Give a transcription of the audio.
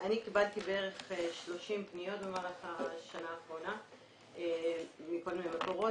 אני קיבלתי בערך 30 פניות במהלך השנה האחרונה מכל מיני מקורות,